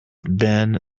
been